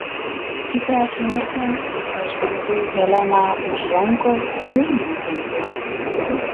kitą akimirką aš griebiau heleną už rankos ir nutempiau